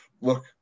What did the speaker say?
Look